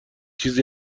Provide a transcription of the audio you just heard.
چیزی